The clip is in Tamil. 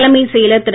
தலைமைச் செயலர் திரு